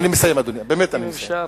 אם אפשר,